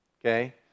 okay